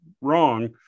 wrong